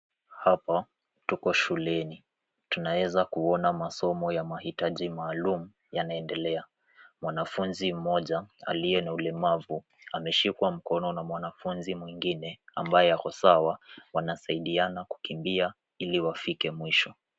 Hapa tuko shuleni. Tunaweza kuona masomo ya mahitaji maalum yanaendelea. Mwanafunzi mmoja aliye na ulemavu ameshikwa mkono na mwanafunzi mwingine ambaye ako sawa wanasaidiana kukimbia ili wafike mwisho.